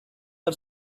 are